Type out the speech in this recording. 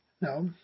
No